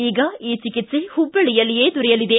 ಈಗ ಈ ಚಿಕ್ಲೆ ಹುಬ್ಬಳ್ಳಯಲ್ಲಿಯೇ ದೊರೆಯಲಿದೆ